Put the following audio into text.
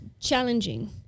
challenging